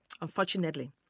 unfortunately